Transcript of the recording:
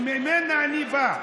שממנה אני בא,